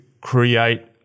create